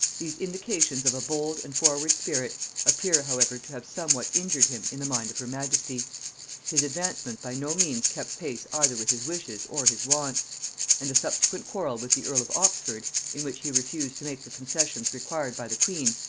these indications of a bold and forward spirit appear however to have somewhat injured him in the mind of her majesty his advancement by no means kept pace either with his wishes or his wants and a subsequent quarrel with the earl of oxford in which he refused to make the concessions required by the queen,